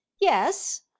yes